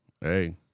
hey